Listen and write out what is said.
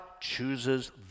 chooses